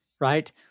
right